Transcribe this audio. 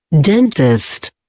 Dentist